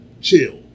chill